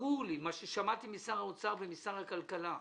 ברור לי מה ששמעתי משר האוצר ומשר הכלכלה,